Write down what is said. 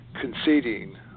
conceding